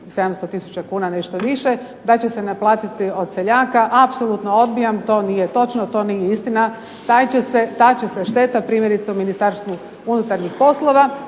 700 tisuća kuna nešto više, da će se naplatiti od seljaka apsolutno odbijam, to nije točno, to nije istina, ta će se šteta primjerice u Ministarstvu unutarnjih poslova